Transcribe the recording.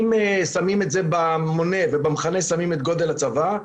שמים את זה במונה ובמכנה שמים את גודל הצבא,